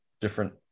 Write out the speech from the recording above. different